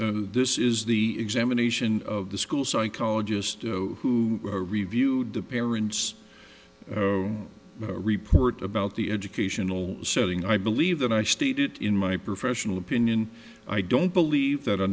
this is the examination of the school psychologist who reviewed the parents report about the educational setting i believe that i state it in my professional opinion i don't believe that a